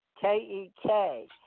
K-E-K